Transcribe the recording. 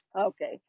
okay